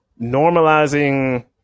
normalizing